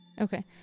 Okay